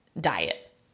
diet